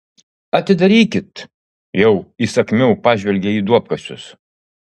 atidarykit jau įsakmiau pažvelgė į duobkasius